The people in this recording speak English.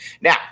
now